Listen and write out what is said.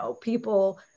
people